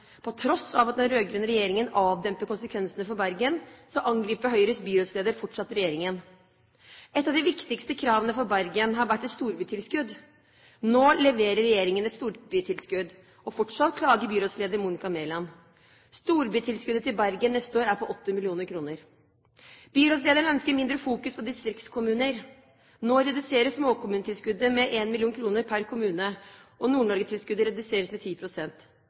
På tross av at den rød-grønne regjeringen avdemper konsekvensene for Bergen, angriper Høyres byrådsleder fortsatt regjeringen. Et av de viktigste kravene fra Bergen har vært et storbytilskudd. Nå leverer regjeringen et storbytilskudd, og fortsatt klager byrådsleder Monica Mæland. Storbytilskuddet til Bergen neste år er på 80 mill. kr. Byrådslederen ønsker mindre fokus på distriktskommunene. Nå reduseres småkommunetilskuddet med 1 mill. kr per kommune, og Nord-Norge-tilskuddet reduseres med